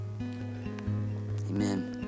Amen